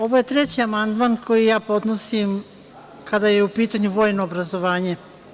Ovo je treći amandman koji ja podnosim kada je u pitanju vojne obrazovanje.